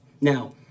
Now